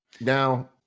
Now